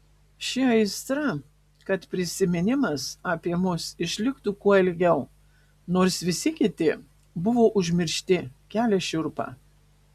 ši aistra kad prisiminimas apie mus išliktų kuo ilgiau nors visi kiti buvo užmiršti kelia šiurpą